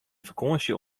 fakânsje